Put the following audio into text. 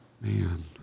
man